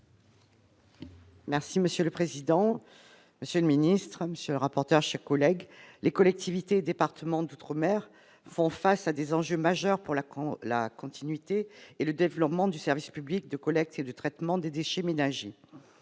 Merci monsieur le président, Monsieur le Ministre, Monsieur le rapporteur, chers collègues, les collectivités, départements d'outre-mer font face à des enjeux majeurs pour la cour, la continuité et le développement du service public de collecte et de traitement des déchets ménagers